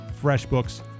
FreshBooks